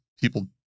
people